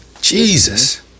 Jesus